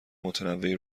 متنوعی